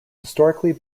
historically